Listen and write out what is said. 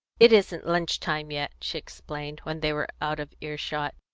it isn't lunch-time yet, she explained, when they were out of earshot,